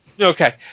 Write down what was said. Okay